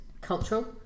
cultural